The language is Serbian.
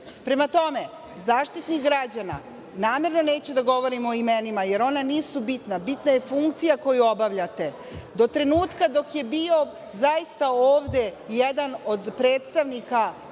tome, Zaštitnik građana, namerno neću da govorim o imenima, jer ona nisu bitna, bitna je funkcija koju obavljate, do trenutka dok je bio zaista ovde jedan od predstavnika